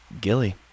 Gilly